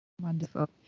Wonderful